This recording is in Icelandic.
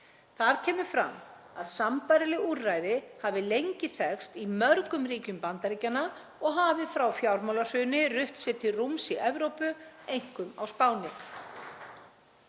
Þar kemur fram að sambærileg úrræði hafi lengi þekkst í mörgum ríkjum Bandaríkjanna og hafi frá fjármálahruni rutt sér til rúms í Evrópu, einkum á Spáni.